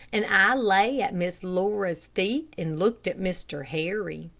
and i lay at miss laura's feet and looked at mr. harry.